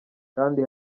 kandi